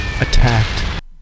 attacked